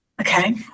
okay